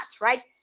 right